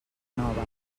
nova